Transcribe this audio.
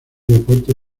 deporte